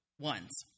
ones